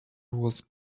was